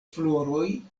floroj